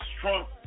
Trump